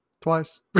twice